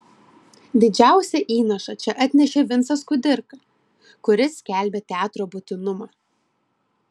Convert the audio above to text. didžiausią įnašą čia atnešė vincas kudirka kuris skelbė teatro būtinumą